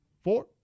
Four